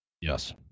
Yes